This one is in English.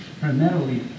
primarily